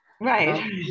Right